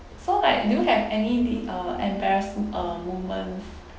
so like do you have anyth~ uh embarrass uh moment